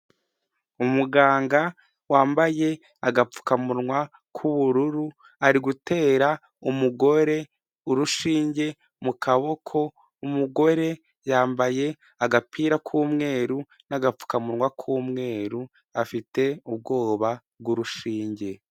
Umuganga wambaye agapfukamunwa k'ubururu, ari gutera umugore urushinge mu kaboko, umugore yambaye agapira k'umweru n'agapfukamunwa k'umweru, afite ubwoba bw'urushinge.